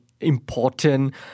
important